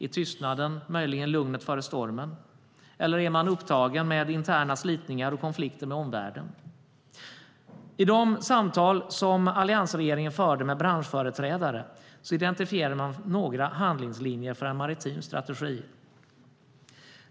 Är tystnaden möjligen lugnet före stormen, eller är man upptagen med interna slitningar och konflikter med omvärlden?I de samtal som alliansregeringen förde med branschföreträdare identifierade man några handlingslinjer för en maritim strategi.